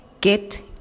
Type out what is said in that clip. get